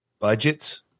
budgets